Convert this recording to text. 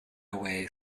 away